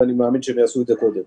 ואני מאמין שהם יעשו את הכול.